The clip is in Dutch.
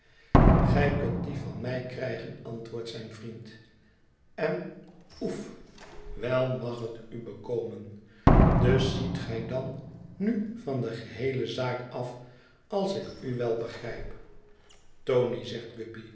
gij kunt die van mij krijgen antwoordt zijn vriend en oef wel mag het u bekomen dus ziet gij dan nu van de geheele zaak af als ik u wel begrijp tony zegt guppy